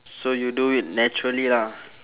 so you do it naturally lah